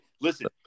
listen